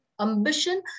ambition